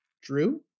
Drew